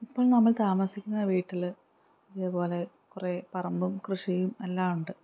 ഇപ്പോൾ നമ്മൾ താമസിക്കുന്ന വീട്ടിൽ അതേപോലെ കുറേ പറമ്പും കൃഷിയും എല്ലാം ഉണ്ട്